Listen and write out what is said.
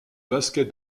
basket